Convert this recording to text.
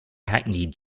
hackneyed